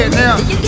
now